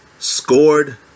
scored